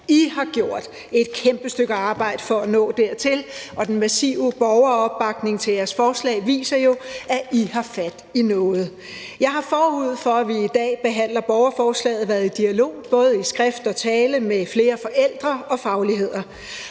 I har gjort et kæmpe stykke arbejde for at nå dertil, og den massive borgeropbakning til jeres forslag viser jo, at I har fat i noget. Jeg har forud for vores behandling af borgerforslaget i dag været i dialog, både i skrift og tale, med flere forældre og fagligheder.